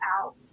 out